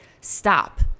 stop